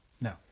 No